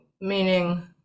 meaning